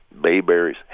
bayberries